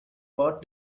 pot